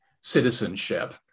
citizenship